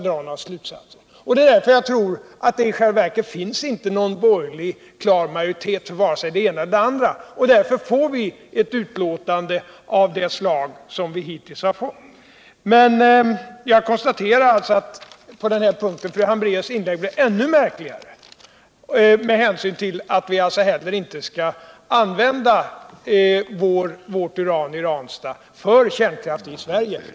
Aven om jag själv — eftersom jag anser att det är den klokaste vägen — skulle tycka att det var bra om vi på en gång kunde avveckla kärnkraften, anser jag att det i rimlighetens namn är klokt att under ett år verkligen skaffa fram ett beslutsunderiag innan man fattar ett sådant allvarligt beslut.